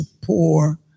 poor